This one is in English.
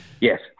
Yes